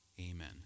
Amen